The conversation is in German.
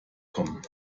kommen